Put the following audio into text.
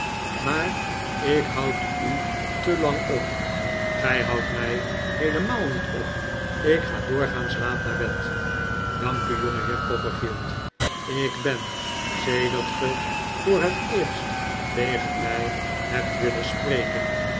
maar ik houd u te lang op gij houdt mij heelemaal niet op ik ga doorgaans laat naar bed dank u jongeheer copperfield ik ben sedert ge voor het eerst tegen mij hebt willen spreken